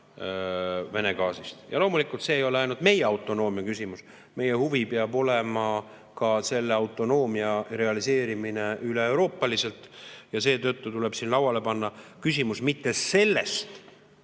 Ja loomulikult see ei ole ainult meie autonoomia küsimus. Meie huvi peab olema ka selle autonoomia realiseerimine üleeuroopaliselt ja seetõttu tuleb lauale panna küsimus mitte selle